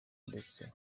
ndetse